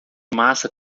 massa